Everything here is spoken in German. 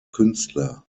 künstler